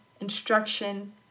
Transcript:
instruction